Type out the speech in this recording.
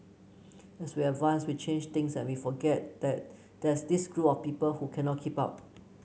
as we advance we change things and we forget that there's this group of people who cannot keep up